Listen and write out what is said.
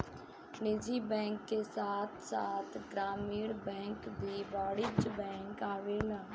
निजी बैंक के साथ साथ ग्रामीण बैंक भी वाणिज्यिक बैंक आवेला